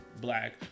Black